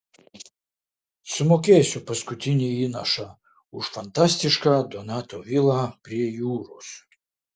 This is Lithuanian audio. sumokėsiu paskutinį įnašą už fantastišką donato vilą prie jūros